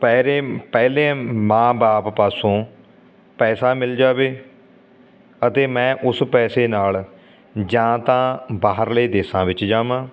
ਪੈਰੇ ਪਹਿਲੇ ਮਾਂ ਬਾਪ ਪਾਸੋਂ ਪੈਸਾ ਮਿਲ ਜਾਵੇ ਅਤੇ ਮੈਂ ਉਸ ਪੈਸੇ ਨਾਲ ਜਾਂ ਤਾਂ ਬਾਹਰਲੇ ਦੇਸ਼ਾਂ ਵਿੱਚ ਜਾਵਾਂ